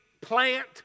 plant